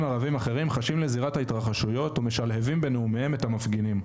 ערבים אחרים חשים לזירת ההתרחשויות ומשלבים ביניהם את המפגינים,